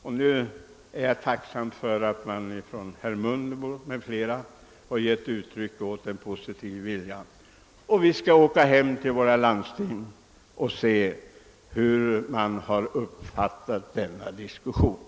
Jag är emellertid tacksam för den positiva vilja, som herr Mundebo och andra visat, och vi får nu åka hem till våra landsting och se hur den här diskussionen uppfattats där.